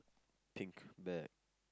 think that